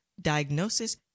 diagnosis